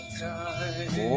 time